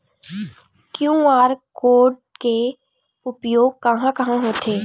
QR code के उपयोग कहां कहां होथे?